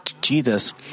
Jesus